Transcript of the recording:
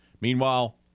meanwhile